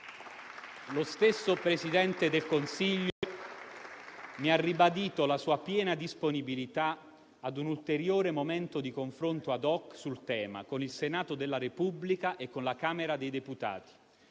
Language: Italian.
Lo stesso Presidente del Consiglio mi ha ribadito la sua piena disponibilità a un ulteriore momento di confronto *ad hoc* sul tema con il Senato della Repubblica e con la Camera dei deputati.